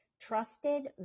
trusted